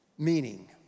Meaning